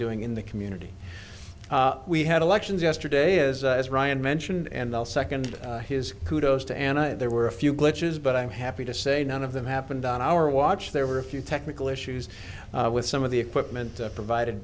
doing in the community we had elections yesterday is brian mentioned and i'll second his kudos to ana there were a few glitches but i'm happy to say none of them happened on our watch there were a few technical issues with some of the equipment provided